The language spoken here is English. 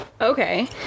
okay